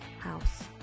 house